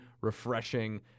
refreshing